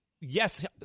Yes